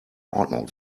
ordnung